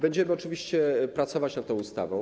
Będziemy oczywiście pracować nad tą ustawą.